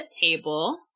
table